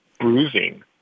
bruising